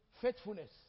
Faithfulness